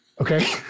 Okay